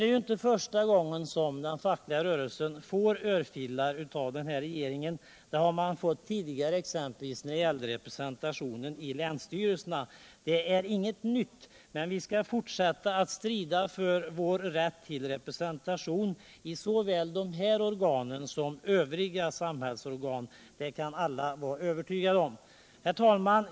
Det är inte första gången den fackliga rörelsen får örfilar av den här regeringen — det har man fått tidigare, exempelvis när det gällde representationen i länsstyrelsen. Men vi kommer att fortsätta strida för vår rätt till representation i såväl dessa organ som övriga samhällsorgan — det kan alla vara övertygade om. Herr talman!